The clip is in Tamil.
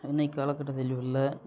இன்னைக்கு காலக்கட்டத்தில் உள்ள